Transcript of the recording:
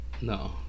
No